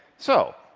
so,